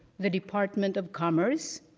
the department of commerce,